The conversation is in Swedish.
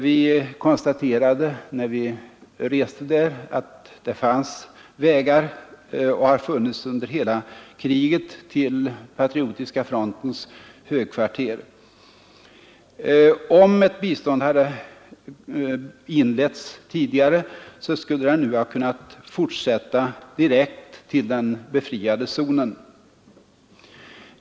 Vi konstaterade när vi reste där att det finns vägar — och har funnits under hela kriget — till patriotiska frontens högkvarter. Om ett bistånd hade inletts tidigare skulle det nu ha kunnat fortsätta direkt till den befriade zonen.